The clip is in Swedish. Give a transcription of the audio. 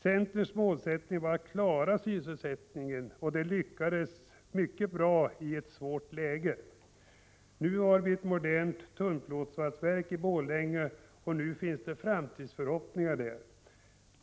Centerns målsättning var att upprätthålla sysselsättningen, och detta lyckades vi med i ett mycket svårt läge. Nu har vi ett modernt tunnplåtvalsverk i Borlänge, och nu finns det framtidsförhoppningar där.